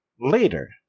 later